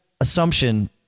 assumption